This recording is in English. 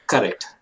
Correct